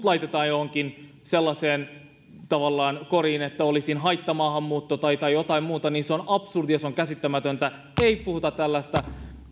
laitetaan johonkin sellaiseen koriin että olisin haittamaahanmuuttoa tai jotain muuta niin se on absurdia ja käsittämätöntä ei puhuta tällaista